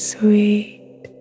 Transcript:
Sweet